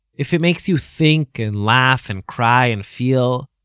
if it makes you think, and laugh, and cry, and feel,